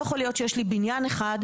לא יכול להיות שיש לי בניין אחד,